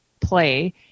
play